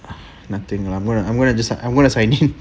nothing lah I'm going just like I'm gonna sign in